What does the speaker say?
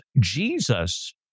Jesus